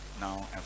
now